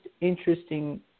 interesting